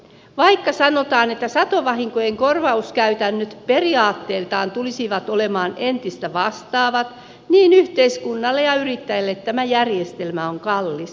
vaikka sanotaan että satovahinkojen kor vauskäytännöt periaatteiltaan tulisivat olemaan entistä vastaavat niin yhteiskunnalle ja yrittäjille tämä järjestelmä on kallis